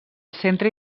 centre